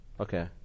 Okay